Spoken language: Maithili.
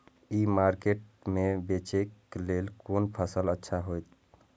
ई मार्केट में बेचेक लेल कोन फसल अच्छा होयत?